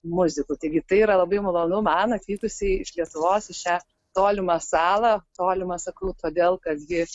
muzikų taigi tai yra labai malonu man atvykusiai iš lietuvos į šią tolimą salą tolimą sakau todėl kas gi